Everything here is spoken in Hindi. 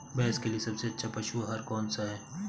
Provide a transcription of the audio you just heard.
भैंस के लिए सबसे अच्छा पशु आहार कौन सा है?